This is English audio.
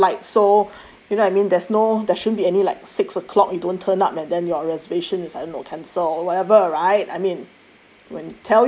we're arriving on late flight so you know I mean there's no there shouldn't be any like six o'clock you don't turn up and then your reservation is I don't know cancelled or whatever right I mean